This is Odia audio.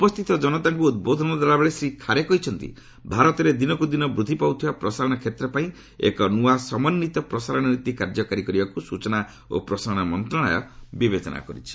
ଉପସ୍ଥିତ କନତାଙ୍କୁ ଉଦ୍ବୋଧନ ଦେଲାବେଳେ ଶ୍ରୀ ଖାରେ କହିଛନ୍ତି ଭାରତରେ ଦିନକୁ ଦିନ ବୃଦ୍ଧି ପାଉଥିବା ପ୍ରସାରଣ କ୍ଷେତ୍ର ପାଇଁ ଏକ ନୁଆ ସମନ୍ୱିତ ପ୍ରସାରଣ ନୀତି କାର୍ଯ୍ୟକାରୀ କରିବାକୁ ସ୍ନଚନା ଓ ପ୍ରସାରଣ ମନ୍ତ୍ରଣାଳୟ ବିବେଚନା କରୁଛି